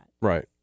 right